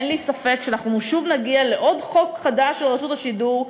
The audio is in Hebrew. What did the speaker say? אין לי ספק שאנחנו שוב נגיע לעוד חוק חדש של רשות השידור,